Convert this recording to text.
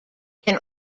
can